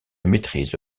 maîtrise